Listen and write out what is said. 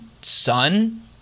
son